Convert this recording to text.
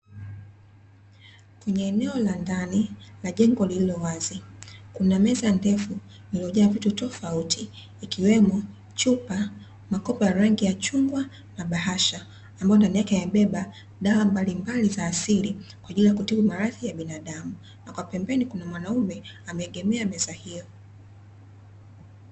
Kwenye eneo la ndani la jengo lililowazi, kuna meza ndefu iliyojaa vitu tofauti, ikiwemo chupa, makopo ya rangi ya chungwa na bahasha amabayo ndani yake yamebeba dawa mbalimbali za asili kwaajili ya kutibu maradhi mbalimbali ya binadamu na pembeni kuna mwanaume ameegemea meza hiyo.